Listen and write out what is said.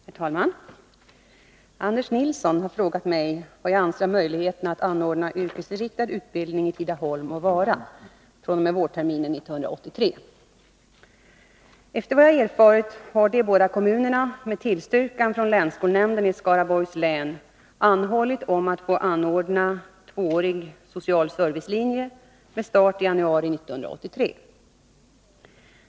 Herr talman! Anders Nilsson har frågat vad jag anser om möjligheterna att anordna yrkesinriktad utbildning i Tidaholm och Vara fr.o.m. vårterminen 1983. Efter vad jag erfarit har de båda kommunerna, med tillstyrkan från länsskolnämnden i Skaraborgs län, anhållit om att få anordna tvåårig social servicelinje med start i januari 1983.